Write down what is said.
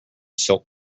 silk